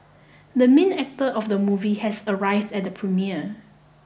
the main actor of the movie has arrived at the premiere